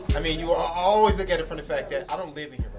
i mean you always look at it from that fact that i don't live in